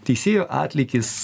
teisėjo atlygis